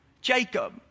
Jacob